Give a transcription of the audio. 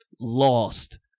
lost